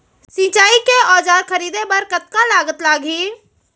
सिंचाई के औजार खरीदे बर कतका लागत लागही?